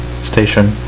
station